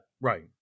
Right